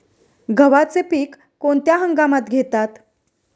गव्हाचे पीक कोणत्या हंगामात घेतात?